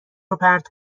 روپرت